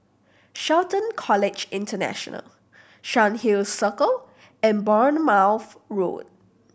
Shelton College International Cairnhill Circle and Bournemouth Road